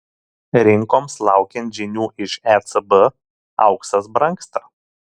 rinkoms laukiant žinių iš ecb auksas brangsta